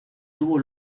tuvo